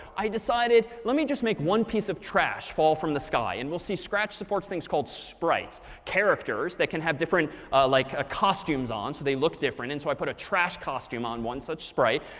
i decided, let me just make one piece of trash fall from the sky. and we'll see scratch supports things called sprites characters that can have different like costumes on so they look different. and so i put a trash costume on one such sprite.